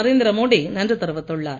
நரேந்திரமோடி நன்றி தெரிவித்துள்ளார்